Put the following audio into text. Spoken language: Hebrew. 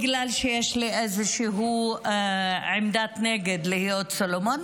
לא בגלל שיש לי איזושהי עמדת נגד להיות סולומון,